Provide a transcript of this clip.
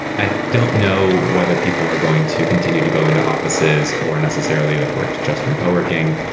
i don't know whether people are going to continue to go into offices or necessarily like work just from co-working,